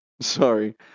sorry